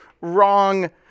Wrong